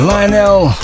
Lionel